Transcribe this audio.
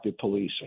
policing